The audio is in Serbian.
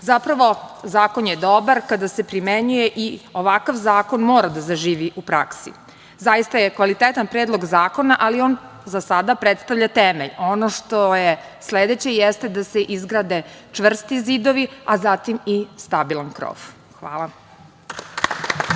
zakon je dobar kada se primenjuje i ovakav zakon mora da zaživi u praksi. Zaista je kvalitetan predlog zakona, ali on za sada predstavlja temelj. Ono što je sledeće jeste da se izgrade čvrsti zidovi, a zatim i stabilan krov. Hvala.